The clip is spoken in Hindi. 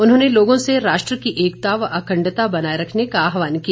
उन्होंने लोगों से राष्ट्र की एकता व अखंडता बनाए रखने का आह्वान किया